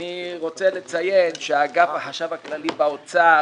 אני רוצה לציין שאגף החשב הכללי באוצר